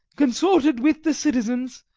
consorted with the citizens,